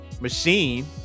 machine